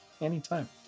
anytime